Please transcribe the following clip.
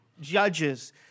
judges